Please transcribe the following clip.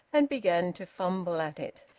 and began to fumble at it.